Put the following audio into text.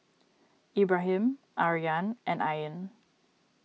Ibrahim Aryan and Ain